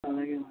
అలాగే మేడం